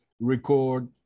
record